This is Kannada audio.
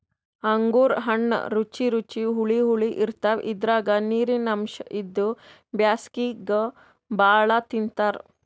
ಅಂಗೂರ್ ಹಣ್ಣ್ ರುಚಿ ರುಚಿ ಹುಳಿ ಹುಳಿ ಇರ್ತವ್ ಇದ್ರಾಗ್ ನೀರಿನ್ ಅಂಶ್ ಇದ್ದು ಬ್ಯಾಸ್ಗ್ಯಾಗ್ ಭಾಳ್ ತಿಂತಾರ್